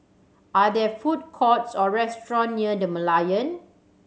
are there food courts or restaurant near The Merlion